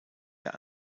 der